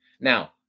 now